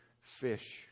fish